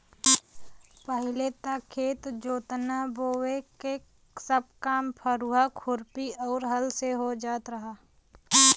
पहिले त खेत जोतना बोये क सब काम फरुहा, खुरपी आउर हल से हो जात रहल